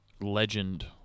legend